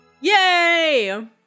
Yay